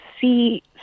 see